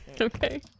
Okay